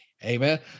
Amen